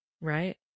Right